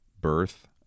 birth